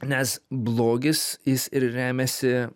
nes blogis jis ir remiasi